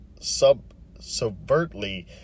subvertly